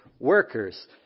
Workers